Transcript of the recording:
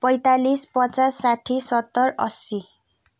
पैँतालिस पचास साठी सत्तर असी